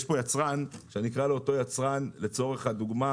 יצרן שאני אקרא לו רועי לצורך הדוגמה.